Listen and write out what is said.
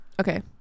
Okay